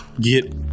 get